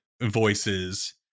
voices